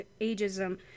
ageism